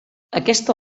aquesta